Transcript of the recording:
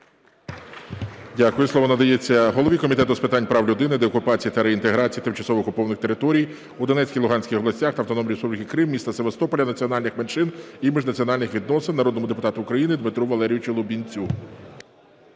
Дякую. Слово надається голові Комітету з питань прав людини, деокупації та реінтеграції тимчасово окупованих територій у Донецькій, Луганській областях та Автономній Республіці Крим, міста Севастополя, національних меншин і міжнаціональних відносин народному депутату України Дмитру Валерійовичу Лубінцю.